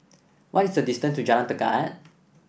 what is the distance to Jalan Tekad